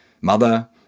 mother